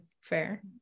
Fair